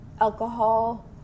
alcohol